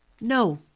No